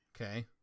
Okay